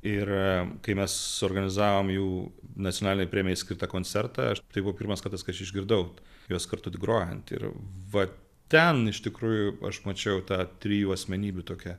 ir kai mes suorganizavom jų nacionalinei premijai skirtą koncertą ar tai buvo pirmas kartas kai aš išgirdau juos kartu grojant ir va ten iš tikrųjų aš mačiau tą trijų asmenybių tokią